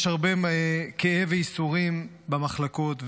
יש הרבה כאב וייסורים במחלקות,